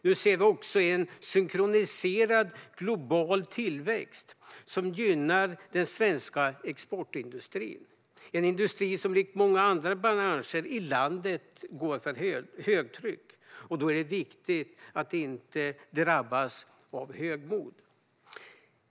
Nu ser vi också en synkroniserad global tillväxt som gynnar den svenska exportindustrin - en industri som likt många andra branscher i landet går för högtryck. Då är det viktigt att inte drabbas av högmod.